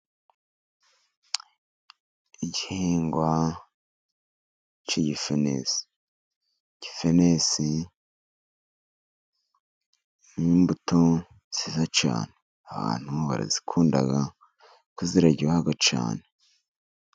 Igihingwa cy'igifenesi. Igifenesi ni imbuto nziza cyane. Abantu barazikunda, kuKO ziraryoha cyane.